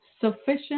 Sufficient